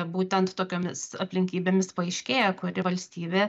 būtent tokiomis aplinkybėmis paaiškėja kuri valstybė